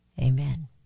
amen